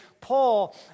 Paul